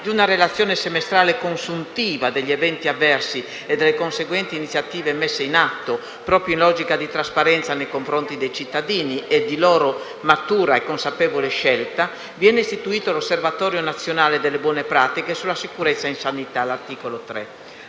una relazione semestrale consuntiva degli eventi avversi e delle conseguenti iniziative messe in atto, proprio in logica di trasparenza nei confronti dei cittadini e per una loro matura e consapevole scelta; viene istituito l'osservatorio nazionale delle buone pratiche sulla sicurezza in sanità (articolo 3).